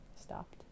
Stopped